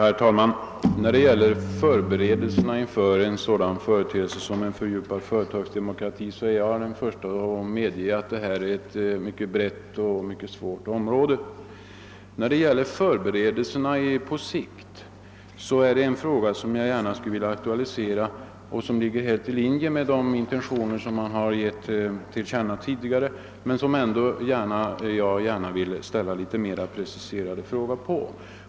Herr talman! När det gäller förberedelserna inför en fördjupad företagsdemokrati så vill jag medge att detta är ett mycket brett och mycket svårt område. Vad beträffar förberedelserna på sikt vill jag gärna litet mera preciserat ställa några frågor som ligger i linje med de intentioner som man tidigare givit uttryck åt.